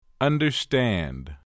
Understand